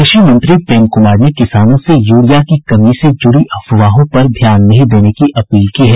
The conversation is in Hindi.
कृषि मंत्री प्रेम कुमार ने किसानों से यूरिया की कमी से जुड़ी अफवाहों पर ध्यान नहीं देने की अपील की है